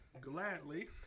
Gladly